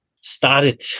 started